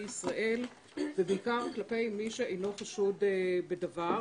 ישראל ובעיקר כלפי מי שאינו חשוד בדבר,